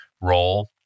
role